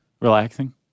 Relaxing